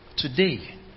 today